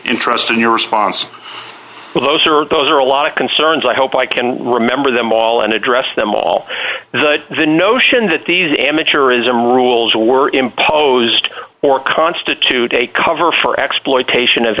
interest in your response to those are those are a lot of concerns i hope i can remember them all and address them all is the notion that these amateurism rules were imposed or constitute a cover for exploitation of